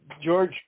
George